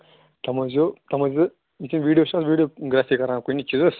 تتھ منٛز چھُ تَتھ منٛز چھِ یِتھ کٔنۍ ویٖڈیو چھنہٕ حظ ویٖڈیوگرافی کران کُنہِ چیٖزَس